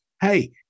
hey